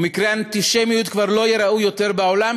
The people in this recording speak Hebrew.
ומקרי אנטישמיות כבר לא ייראו יותר בעולם,